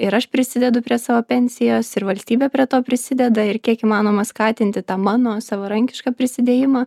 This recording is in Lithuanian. ir aš prisidedu prie savo pensijos ir valstybė prie to prisideda ir kiek įmanoma skatinti tą mano savarankišką prisidėjimą